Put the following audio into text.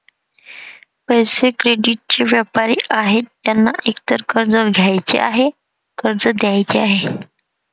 पैसे, क्रेडिटचे व्यापारी आहेत ज्यांना एकतर कर्ज घ्यायचे आहे, कर्ज द्यायचे आहे